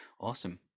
Awesome